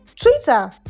twitter